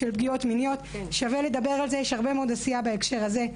של פגיעות מיניות שווה לדבר על זה ויש הרבה מאוד עשייה בהקשר הזה.